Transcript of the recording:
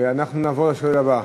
אנחנו נעבור לשואל הבא.